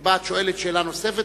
שבה את שואלת שאלה נוספת.